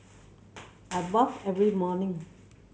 I bathe every morning